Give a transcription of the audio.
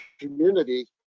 community